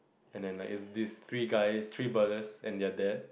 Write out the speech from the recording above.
and then like it's like these three guys three brothers and they are dead